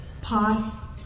pot